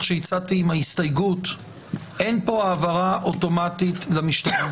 שהצעתי עם ההסתייגות אין פה העברה אוטומטית למשטרה.